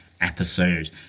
episode